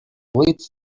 leads